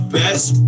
best